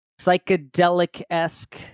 psychedelic-esque